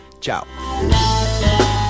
Ciao